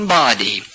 body